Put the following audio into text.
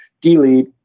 delete